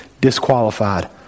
disqualified